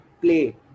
play